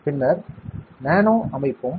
பின்னர் நானோ அமைப்பும்